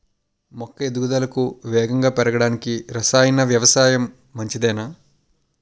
మొక్క ఎదుగుదలకు వేగంగా పెరగడానికి, రసాయన వ్యవసాయం మంచిదేనా?